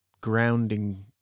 grounding